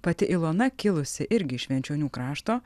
pati ilona kilusi irgi švenčionių krašto